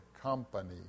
company